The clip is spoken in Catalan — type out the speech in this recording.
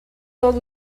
tot